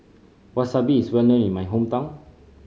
Wasabi is well known in my hometown